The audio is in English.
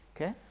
Okay